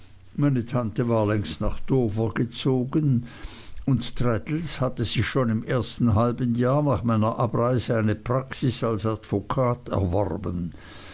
meine tante war längst nach dover gezogen und traddles hatte sich schon im ersten halbjahr nach meiner abreise einige praxis als advokat erworben